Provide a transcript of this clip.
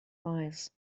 files